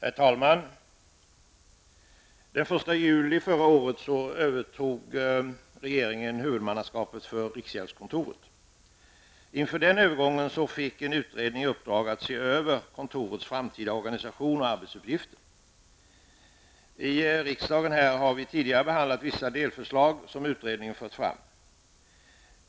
Herr talman! Den 1 juli 1989 övertog regeringen huvudmannaskapet för riksgäldskontoret. Inför övergången fick en utredning i uppdrag att se över kontorets framtida organisation och arbetsuppgifter. Vi har här i riksdagen redan tidigare behandlat vissa delförslag som utredningen har fört fram.